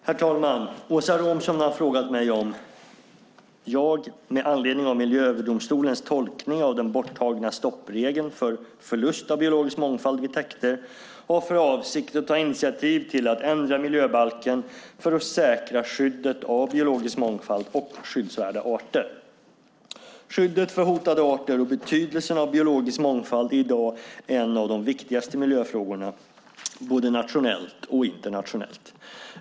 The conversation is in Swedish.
Herr talman! Åsa Romson har frågat mig om jag, med anledning av Miljööverdomstolens tolkning av den borttagna stoppregeln för förlust av biologisk mångfald vid täkter, har för avsikt att ta initiativ till att ändra miljöbalken för att säkra skyddet av biologisk mångfald och skyddsvärda arter. Skyddet för hotade arter och betydelsen av biologisk mångfald är i dag en av de viktigaste miljöfrågorna både nationellt och internationellt.